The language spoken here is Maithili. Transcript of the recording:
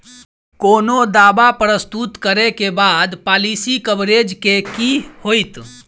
कोनो दावा प्रस्तुत करै केँ बाद पॉलिसी कवरेज केँ की होइत?